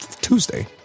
Tuesday